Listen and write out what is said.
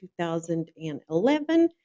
2011